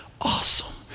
awesome